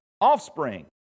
offspring